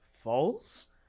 False